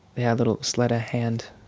yeah, a little sleight-of-hand